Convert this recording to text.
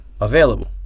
Available